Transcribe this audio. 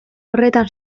horretan